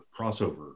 crossover